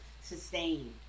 sustained